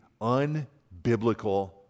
unbiblical